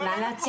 לא.